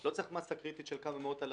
לא צריך מסה קריטית של עשרות אלפים,